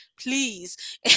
please